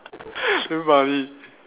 damn funny